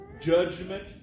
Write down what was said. Judgment